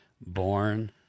Born